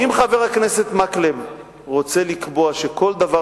אם חבר הכנסת מקלב רוצה לקבוע שכל דבר